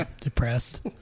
depressed